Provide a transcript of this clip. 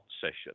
session